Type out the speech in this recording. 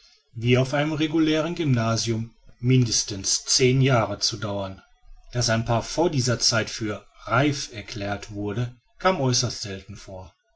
wie auf einem regulären gymnasium mindestens zehn jahre zu dauern daß ein paar vor dieser zeit für reif erklärt wurde kam äußerst selten vor